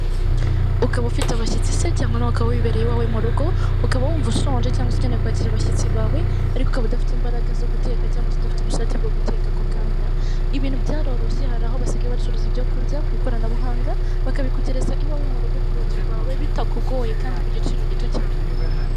Ukaba ufite abashyitsi se cyangwa nawe ukaba wibere iwawe mu rugo, ukaba wumva ushonje cyangwa se ukeneye kwakira abashyitsi bawe ariko abadafite imbaraga zo guteka cyangwa zidafite ubushake bwo guteka ako kanya. Ibintu byaroroshye hari aho basigaye bacuruza ibyo kurya ku ikoranabuhanga bakabikugereza iwawe mu rugo ku rugi rwawe bitakugoye kandi ku giciro gito cyane.